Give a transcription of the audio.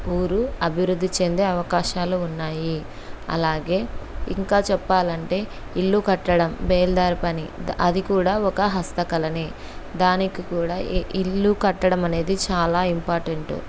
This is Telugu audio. ఊరు అభివృద్ధి చెందే అవకాశాలు ఉన్నాయి అలాగే ఇంకా చెప్పాలంటే ఇల్లు కట్టడం బేల్దారి పని అది కూడా ఒక హస్తకళనే దానికి కూడా ఇల్లు కట్టడం అనేది చాలా ఇంపార్టంట్